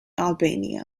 albania